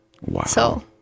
Wow